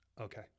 okay